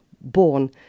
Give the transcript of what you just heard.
born